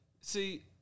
see